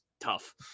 tough